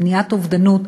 למניעת אובדנות,